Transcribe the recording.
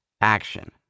action